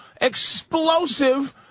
explosive